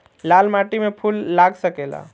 लाल माटी में फूल लाग सकेला?